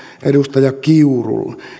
edustaja kiuruun